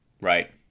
right